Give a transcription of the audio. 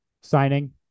signing